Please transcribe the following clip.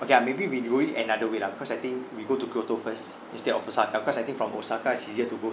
okay ah maybe we do it another way lah because I think we go to kyoto first instead of osaka because I think from osaka is easier to go